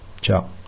Ciao